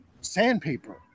sandpaper